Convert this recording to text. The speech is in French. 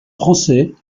français